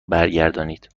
برگردانید